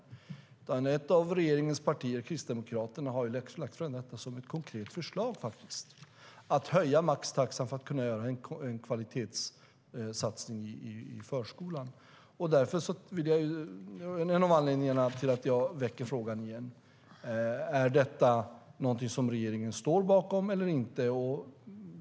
Det är också föranlett av att ett av regeringens partier, Kristdemokraterna, har lagt fram detta som ett konkret förslag. Man vill höja maxtaxan för att kunna göra en kvalitetssatsning i förskolan. Det är en av anledningarna till att jag väcker frågan igen: Är detta någonting som regeringen står bakom eller inte?